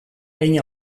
hein